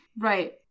Right